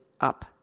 up